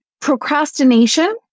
procrastination